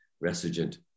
resurgent